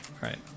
Right